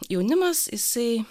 jaunimas jisai